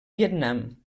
vietnam